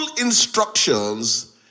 instructions